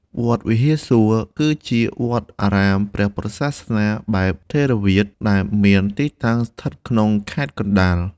វត្តវិហារសួគ៌ គឺជាវត្តអារាមព្រះពុទ្ធសាសនាបែបថេរវាទដែលមានទីតាំងស្ថិតក្នុងខេត្តកណ្ដាល។